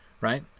right